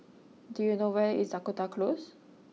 do you know where is Dakota Close